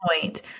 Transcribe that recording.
point